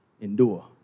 Endure